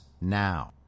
now